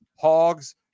Hogs